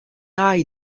eye